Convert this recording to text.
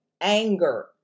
anger